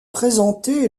présentée